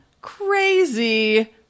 crazy